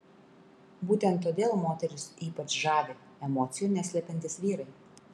būtent todėl moteris ypač žavi emocijų neslepiantys vyrai